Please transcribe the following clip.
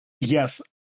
Yes